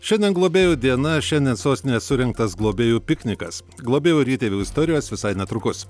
šiandien globėjų diena šiandien sostinėje surinktas globėjų piknikas globėjų ir įtėvių istorijos visai netrukus